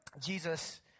Jesus